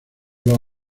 los